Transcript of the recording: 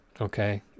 okay